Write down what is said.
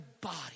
body